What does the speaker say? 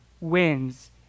wins